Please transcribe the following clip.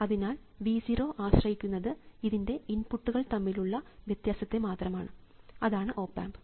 അതിനാൽ V 0 ആശ്രയിക്കുന്നത് ഇതിൻറെ ഇൻപുട്ടുകൾ തമ്മിലുള്ള വ്യത്യാസത്തെ മാത്രമാണ് അതാണ് ഓപ് ആമ്പ്